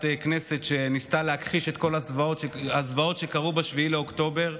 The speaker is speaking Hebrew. כנסת שניסתה להכחיש את כל הזוועות שקרו ב-7 באוקטובר,